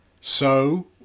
So